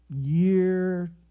year